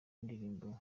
indirimbo